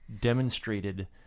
demonstrated